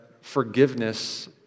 forgiveness